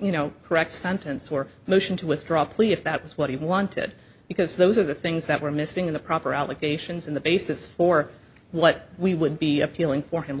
you know correct sentence or motion to withdraw a plea if that was what he wanted because those are the things that were missing in the proper allegations and the basis for what we would be appealing for him